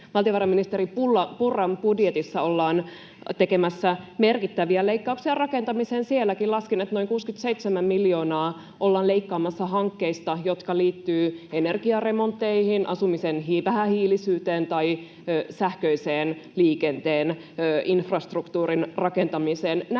valtiovarainministeri Purran budjetissa ollaan tekemässä merkittäviä leikkauksia rakentamiseen. Laskin, että sielläkin noin 67 miljoonaa ollaan leikkaamassa hankkeista, jotka liittyvät energiaremontteihin, asumisen vähähiilisyyteen tai sähköisen liikenteen infrastruktuurin rakentamiseen. Näiden